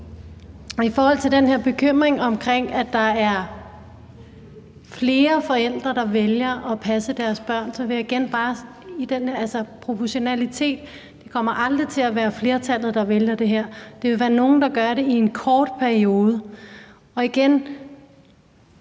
I forhold til den her bekymring omkring, at der er flere forældre, der vælger at passe deres børn, vil jeg igen bare nævne den der proportionalitet. Det kommer aldrig til at være flertallet, der vælger det her. Det vil være nogle, der gør det i en kort periode. Og igen